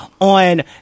on